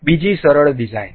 બીજી સરળ ડિઝાઇન